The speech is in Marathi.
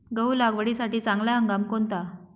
गहू लागवडीसाठी चांगला हंगाम कोणता?